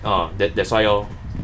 ah that that's why